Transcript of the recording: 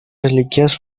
reliquias